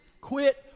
Quit